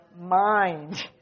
mind